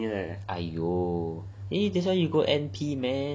!aiyo! eh thats why you go N_P man